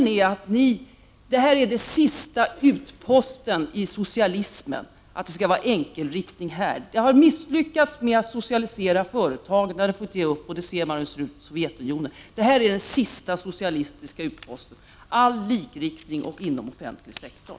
När valfriheten verkligen finns ställer ni aldrig upp. Ni har misslyckats med att socialisera företagen — den tanken fick ni ge upp. Vi vet hur det ser ut i Sovjetunionen. Sanningen är att det här är den sista socialistiska utposten: Allt skall vara likriktat och finnas inom offentlig sektor.